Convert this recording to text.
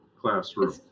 classroom